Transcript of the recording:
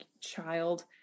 child